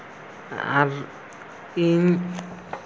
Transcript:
ᱟᱨ ᱤᱧ